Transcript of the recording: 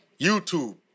YouTube